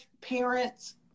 parents